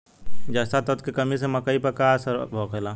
जस्ता तत्व के कमी से मकई पर का असर होखेला?